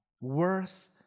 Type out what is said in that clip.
worth